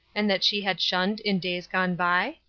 and that she had shunned in days gone by?